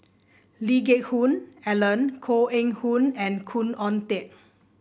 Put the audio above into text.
Lee Geck Hoon Ellen Koh Eng Hoon and Khoo Oon Teik